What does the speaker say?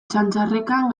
txantxarrekan